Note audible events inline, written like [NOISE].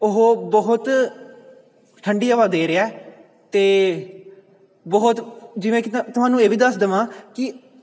ਉਹ ਬਹੁਤ ਠੰਡੀ ਹਵਾ ਦੇ ਰਿਹਾ ਅਤੇ ਬਹੁਤ ਜਿਵੇਂ ਕਿ [UNINTELLIGIBLE] ਤੁਹਾਨੂੰ ਇਹ ਵੀ ਦੱਸ ਦੇਵਾਂ ਕਿ